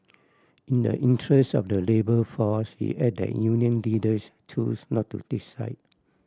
in the interest of the labour force he added that union leaders chose not to take side